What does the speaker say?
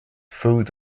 food